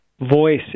voice